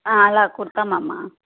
అలా కుడతావమ్మా